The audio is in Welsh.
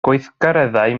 gweithgareddau